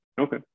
okay